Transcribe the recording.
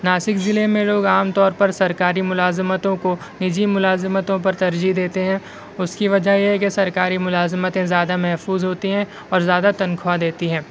ناسک ضلع میں لوگ عام طورپرسرکاری ملازمتوں کو نجی ملازمتوں پر ترجیح دیتے ہیں اس کی وجہ یہ ہے کہ سرکاری ملازمتیں زیادہ محفوظ ہوتی ہیں اور زیادہ تنخواہ دیتی ہیں